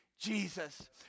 Jesus